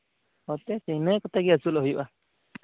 ᱦᱳᱭᱛᱳ ᱤᱱᱟᱹ ᱠᱚᱛᱮ ᱜᱮ ᱟᱹᱥᱩᱞᱚᱜ ᱦᱩᱭᱩᱜᱼᱟ